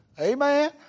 Amen